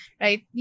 right